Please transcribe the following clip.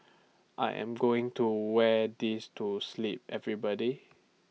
I am going to wear this to sleep everybody